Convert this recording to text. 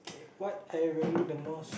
okay what I value the most